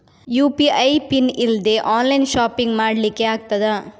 UPI pin ಇಲ್ದೆ online shopping ಮಾಡ್ಲಿಕ್ಕೆ ಆಗ್ತದಾ?